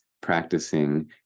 practicing